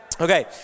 Okay